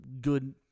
good